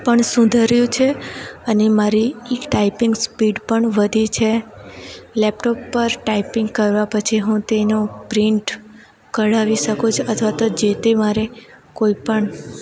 પણ સુધર્યું છે અને મારી ટાઈપિંગ સ્પીડ પણ વધી છે લેપટોપ પર ટાઈપિંગ કરવા પછી હું તેનું પ્રિન્ટ કઢાવી શકું છું અથવા તો જે તે મારે કોઈપણ